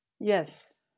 Yes